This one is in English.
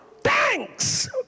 thanks